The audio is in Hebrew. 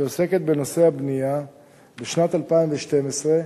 שעוסקת בנושא הבנייה בשנת 2012,